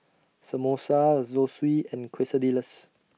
Samosa Zosui and Quesadillas